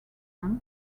fin